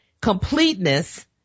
completeness